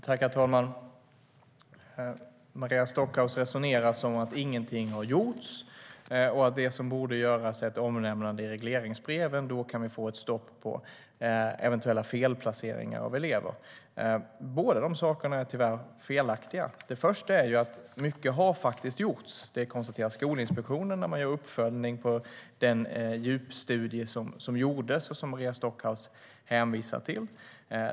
Herr talman! Maria Stockhaus resonerar som om ingenting har gjorts och att det som borde göras är att omnämna det i regleringsbreven - då kan vi få ett stopp på eventuella felplaceringar av elever. Båda de sakerna är tyvärr felaktiga. Först och främst: Mycket har faktiskt gjorts. Det konstaterar Skolinspektionen när man gör en uppföljning av den djupstudie som gjordes och som Maria Stockhaus hänvisar till.